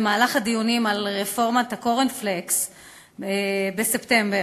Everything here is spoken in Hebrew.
בדיונים על רפורמת הקורנפלקס בספטמבר,